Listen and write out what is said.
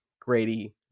Grady